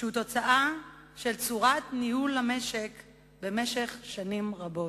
שהוא תוצאה של צורת ניהול המשק במשך שנים רבות.